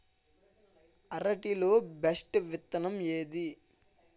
అరటి లో బెస్టు విత్తనం ఏది?